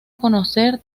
conocer